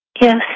Yes